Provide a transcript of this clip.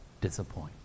disappoint